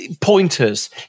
pointers